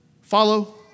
follow